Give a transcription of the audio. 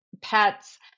pets